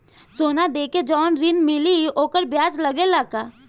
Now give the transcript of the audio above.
सोना देके जवन ऋण मिली वोकर ब्याज लगेला का?